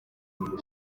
kungura